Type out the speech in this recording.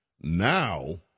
now